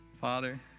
Father